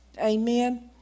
amen